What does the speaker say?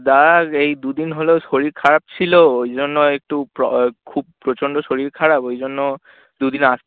দা এই দুদিন হলো শরীর খারাপ ছিল ওই জন্য একটু প্র খুব প্রচণ্ড শরীর খারাপ ওই জন্য দু দিন আস